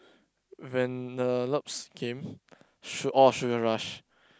Vanellope's game su~ oh Sugar-Rush